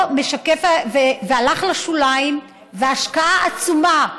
והלך לשוליים, ושההשקעה העצומה,